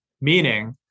Meaning